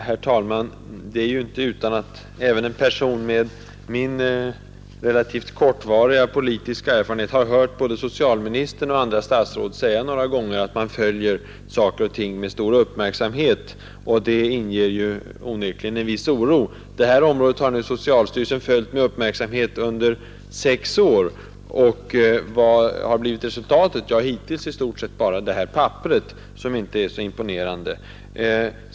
Herr talman! Även en person med min relativt kortvariga politiska verksamhet har åtskilliga gånger hört både socialministern och andra statsråd säga att man följer saker och ting med stor uppmärksamhet. Den erfarenheten inger onekligen en viss oro. Detta område har socialstyrelsen nu följt med uppmärksamhet under sex år, och vad har blivit resultatet? Hittills i stort sett bara detta papper som inte är så imponerande.